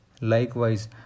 Likewise